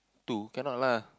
two cannot lah